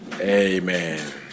Amen